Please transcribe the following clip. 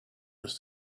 was